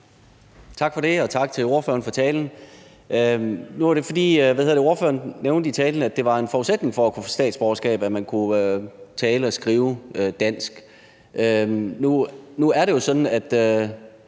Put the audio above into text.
Tak for det. Og tak til ordføreren for talen. Ordføreren nævnte i talen, at det var en forudsætning for at kunne få statsborgerskab, at man kunne tale og skrive dansk. Nu er det jo ifølge